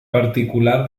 particular